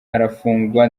arafungwa